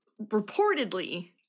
reportedly